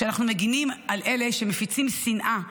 כשאנחנו מגינים מפני אלה שמפיצים שנאה,